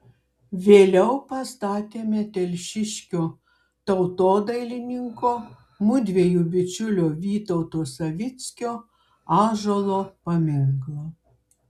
vėliau pastatėme telšiškio tautodailininko mudviejų bičiulio vytauto savickio ąžuolo paminklą